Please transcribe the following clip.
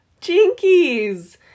Jinkies